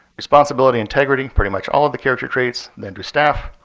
responsibility, integrity, pretty much all of the character traits than do staff.